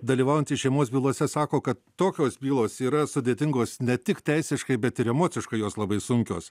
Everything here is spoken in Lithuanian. dalyvaujantys šeimos bylose sako kad tokios bylos yra sudėtingos ne tik teisiškai bet ir emociškai jos labai sunkios